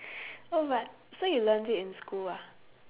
oh but so you learnt it in school ah